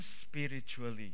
spiritually